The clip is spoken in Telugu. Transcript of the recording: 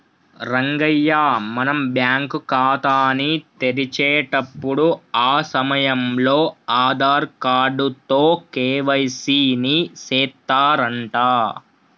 రంగయ్య మనం బ్యాంకు ఖాతాని తెరిచేటప్పుడు ఆ సమయంలో ఆధార్ కార్డు తో కే.వై.సి ని సెత్తారంట